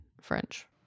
French